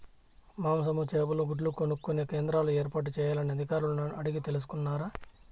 మాంసము, చేపలు, గుడ్లు కొనుక్కొనే కేంద్రాలు ఏర్పాటు చేయాలని అధికారులను అడిగి తెలుసుకున్నారా?